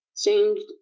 Changed